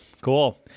Cool